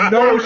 no